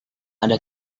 ada